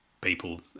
people